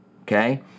Okay